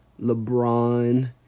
LeBron